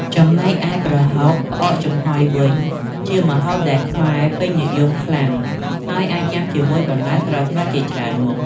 ចំណែកឯប្រហុក ផ្អកចំហុយវិញ ជាម្ហូបដែលខ្មែរពេញនិយមខ្លាំង ហើយអាចញ៉ាំជាមួយបន្លែស្រស់ៗជាច្រើនមុខ។